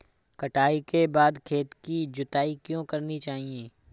कटाई के बाद खेत की जुताई क्यो करनी चाहिए?